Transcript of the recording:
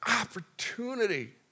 opportunity